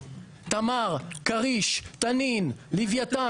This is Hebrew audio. תמר, כריש, תנין, ליוויתן.